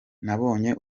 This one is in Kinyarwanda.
nabonye